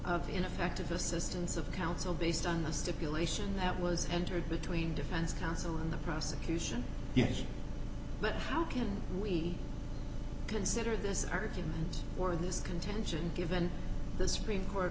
argument ineffective assistance of counsel based on the stipulation that was entered between defense counsel and the prosecution yes but how can we consider this argument or this contention given the supreme court